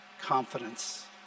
confidence